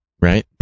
right